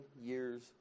years